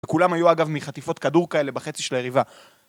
כולם היו אגב מחטיפות כדור כאלה בחצי של היריבה